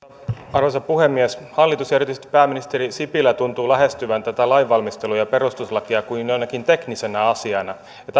arvoisa puhemies hallitus ja erityisesti pääministeri sipilä tuntuvat lähestyvän tätä lainvalmistelua ja perustuslakia kuin jonakin teknisenä asiana että